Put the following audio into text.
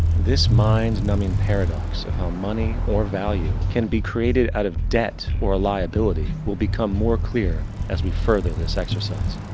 this mind numbing paradox, of how money or value can be created out of debt, or liability, will become more clear as we further this exercise.